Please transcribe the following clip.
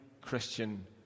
Christian